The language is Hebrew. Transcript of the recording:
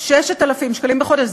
6,000 שקלים בחודש,